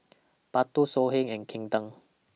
Bardot Songhe and Kinder